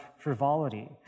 Frivolity